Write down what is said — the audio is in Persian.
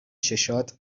چشات